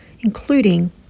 including